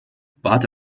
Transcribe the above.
warte